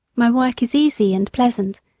my work is easy and pleasant,